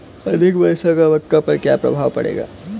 अधिक वर्षा का मक्का पर क्या प्रभाव पड़ेगा?